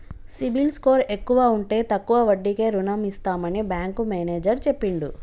CIBIL score ఎక్కువ ఉంటే తక్కువ వడ్డీకే రుణం ఇస్తామని బ్యాంకు మేనేజర్ చెప్పిండు